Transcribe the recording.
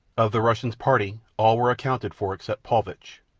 of the russian's party, all were accounted for except paulvitch.